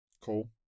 Cool